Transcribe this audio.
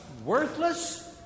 worthless